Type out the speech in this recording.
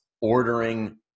ordering